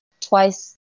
twice